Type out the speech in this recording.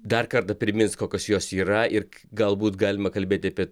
dar kartą primins kokios jos yra ir galbūt galima kalbėt apie